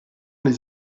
les